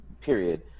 period